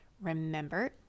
Remember